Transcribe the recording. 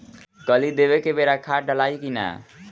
कली देवे के बेरा खाद डालाई कि न?